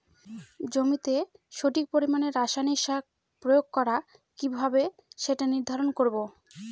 জমিতে সঠিক পরিমাণে রাসায়নিক সার প্রয়োগ করা কিভাবে সেটা নির্ধারণ করব?